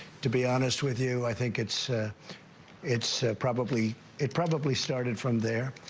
to be honest with you, i think it's, ah it's, ah, probably it probably started from there.